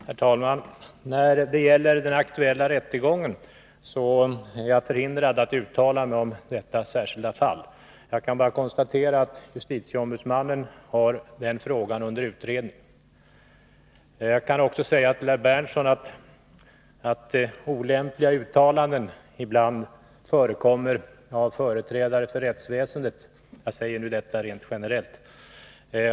Herr talman! När det gäller den aktuella rättegången vill jag säga att jag är förhindrad att uttala mig om detta särskilda fall. Jag kan bara konstatera att justitieombudsmannen har frågan under utredning. Jag kan också säga till herr Berndtson att olämpliga uttalanden ibland förekommer från företrädare för rättsväsendet — jag säger detta rent generellt.